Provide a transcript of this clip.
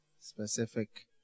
Specific